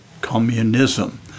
Communism